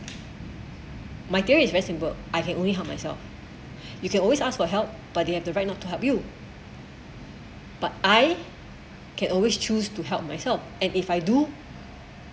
my theory is very simple I can only harm myself you can always ask for help but they have the right not to help you but I can always choose to help myself and if I do